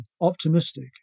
optimistic